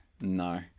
no